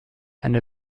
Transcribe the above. eine